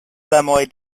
semoj